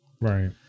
right